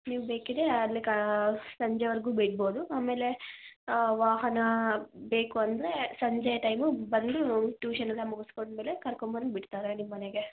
ನೀವು ಬೇಕಿದ್ರೆ ಅಲ್ಲಿ ಕಾ ಸಂಜೆವರೆಗು ಬಿಡ್ಬೋದು ಆಮೇಲೆ ವಾಹನ ಬೇಕು ಅಂದ್ರೆ ಸಂಜೆ ಟೈಮಿಗೆ ಬಂದು ಟ್ಯೂಷನ್ ಎಲ್ಲ ಮುಗುಸ್ಕೊಂಡ ಮೇಲೆ ಕರ್ಕೊಂಬಂದು ಬಿಡ್ತಾರೆ ನಿಮ್ಮ ಮನೆಗೆ